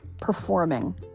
performing